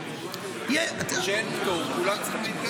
--- כשאין פטור כולם צריכים להתגייס.